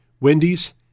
Wendy's